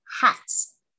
hats